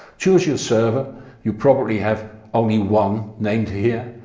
choose your server you probably have only one named here,